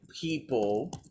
people